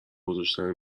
گذاشتن